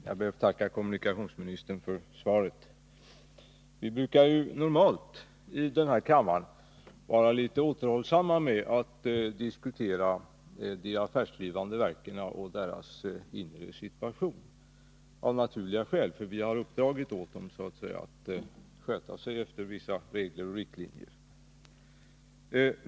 för tågtrafiken Herr talman! Jag ber att få tacka kommunikationsministern för svaret. Vi brukar normalt i den här kammaren vara litet återhållsamma med att diskutera de affärsdrivande verken och deras inre situation — av naturliga skäl, för vi har uppdragit åt dem att sköta sig själva efter vissa regler och riktlinjer.